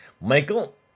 Michael